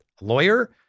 lawyer